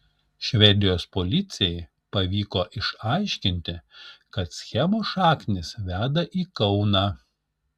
švedijos policijai pavyko išaiškinti kad schemos šaknys veda į kauną